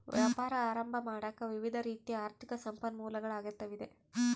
ವ್ಯಾಪಾರ ಆರಂಭ ಮಾಡಾಕ ವಿವಿಧ ರೀತಿಯ ಆರ್ಥಿಕ ಸಂಪನ್ಮೂಲಗಳ ಅಗತ್ಯವಿದೆ